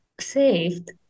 saved